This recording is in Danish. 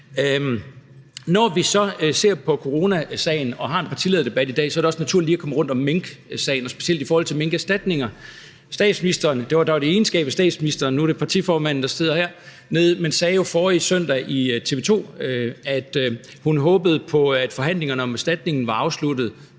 Når vi så ser på coronasagen og har en partilederdebat i dag, er det også naturligt lige at komme rundt om minksagen, specielt i forhold til minkerstatningerne. Statsministeren, som nu sidder her som partileder, sagde forrige søndag i TV2, at hun håbede på, at forhandlingerne om erstatningerne var afsluttet